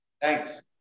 Thanks